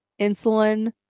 insulin